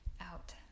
out